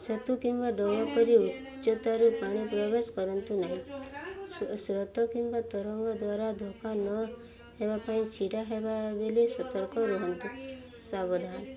ସେତୁ କିମ୍ବା ଡଙ୍ଗା କରି ଉଚ୍ଚତାରୁ ପାଣି ପ୍ରବେଶ କରନ୍ତୁ ନାହିଁ ସ୍ରୋତ କିମ୍ବା ତରଙ୍ଗ ଦ୍ୱାରା ଧୋକା ନ ହେବା ପାଇଁ ଛିଡ଼ା ହେବେ ବୋଲି ସତର୍କ ରୁହନ୍ତୁ ସାବଧାନ